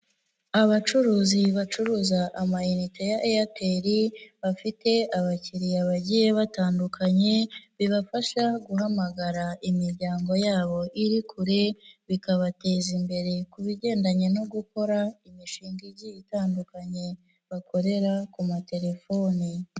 Abacuruzi bacuruza ama inite ya Airtel, bafite abakiriya bagiye batandukanye, bibafasha guhamagara imiryango yabo iri kure, bikabateza imbere ku bigendanye no gukora imishinga igiye itandukanye bakorera ku matelefoni.